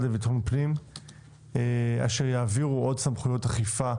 לביטחון פנים אשר יעבירו עוד סמכויות אכיפה